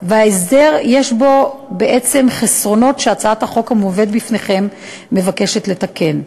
וההסדר הזה יש בו בעצם חסרונות שהצעת החוק המובאת בפניכם מבקשת לתקן.